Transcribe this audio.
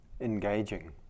engaging